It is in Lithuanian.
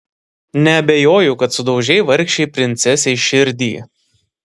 neabejoju kad sudaužei vargšei princesei širdį